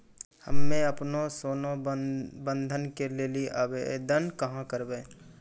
हम्मे आपनौ सोना बंधन के लेली आवेदन कहाँ करवै?